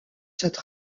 cette